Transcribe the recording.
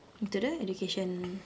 into the education